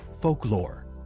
folklore